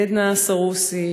עדנה סרוסי,